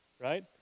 Right